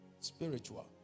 spiritual